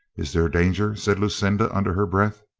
is there danger? said lucinda under her breath.